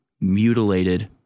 mutilated